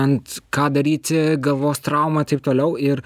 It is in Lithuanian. ant ką daryti galvos traumą taip toliau ir